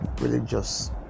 religious